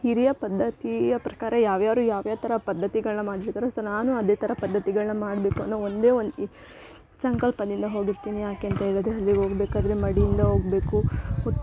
ಹಿರಿಯ ಪದ್ದತಿಯ ಪ್ರಕಾರ ಯಾವ್ಯಾರು ಯಾವ್ಯಾವ ಥರ ಪದ್ಧತಿಗಳ ಮಾಡಿರ್ತಾರೋ ಸೊ ನಾನು ಅದೇ ಥರ ಪದ್ದತಿಗಳನ್ನ ಮಾಡಬೇಕು ಅನ್ನೋ ಒಂದೇ ಒಂದು ಈ ಸಂಕಲ್ಪದಿಂದ ಹೋಗಿರ್ತೀನಿ ಯಾಕೆ ಅಂತೇಳಿದ್ರೆ ಅಲ್ಲಿಗೆ ಹೋಗ್ಬೇಕಾದ್ರೆ ಮಡಿಯಿಂದ ಹೋಗ್ಬೇಕು ಮತ್ತು